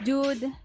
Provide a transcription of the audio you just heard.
Dude